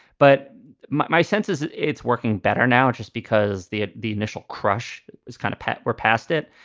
but my sense is it's working better now just because the ah the initial crush was kind of pet. we're past it.